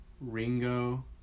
Ringo